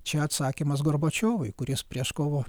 čia atsakymas gorbačiovui kuris prieš kovo